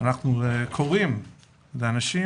אנחנו קוראים לאנשים,